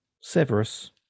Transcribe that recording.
severus